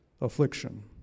affliction